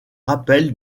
rappel